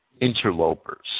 interlopers